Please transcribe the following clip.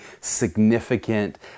significant